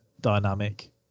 dynamic